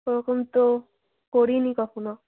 ওরকম তো করিনি কখনো